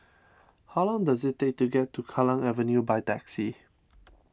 how long does it take to get to Kallang Avenue by taxi